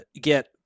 get